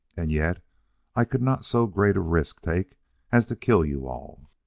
and yet i could not so great a risk take as to kill you all.